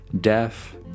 deaf